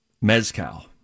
mezcal